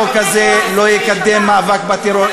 החוק הזה לא יקדם מאבק בטרור,